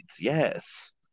Yes